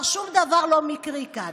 שום דבר לא מקרי כאן.